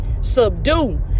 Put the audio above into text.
subdue